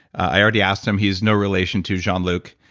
i already asked him, he's no relation to jean luc.